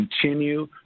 continue